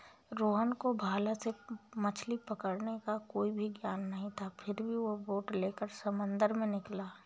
रोहन को भाला से मछली पकड़ने का कोई भी ज्ञान नहीं था फिर भी वो बोट लेकर समंदर में निकला